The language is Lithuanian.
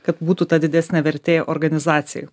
kad būtų ta didesnė vertė organizacijai